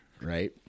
Right